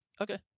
Okay